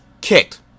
kicked